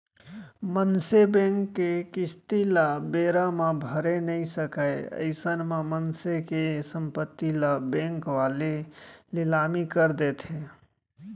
मनसे बेंक के किस्ती ल बेरा म भरे नइ सकय अइसन म मनसे के संपत्ति ल बेंक वाले लिलामी कर देथे